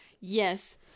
Yes